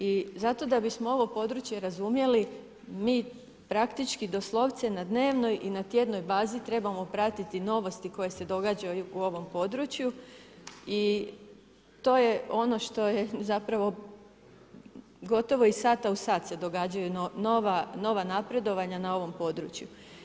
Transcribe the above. I zato da bismo ovo područje razumjeli, mi praktički doslovce na dnevnoj i na tjednoj bazi trebamo pratiti novosti koje se događaju u ovom području i to je ono što zapravo, gotovo iz sata u sat se događaju nova napredovanja na ovom području.